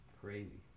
Crazy